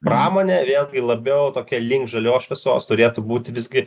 pramonė vėlgi labiau tokia link žalios šviesos turėtų būti visgi